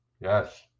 Yes